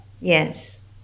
yes